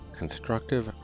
constructive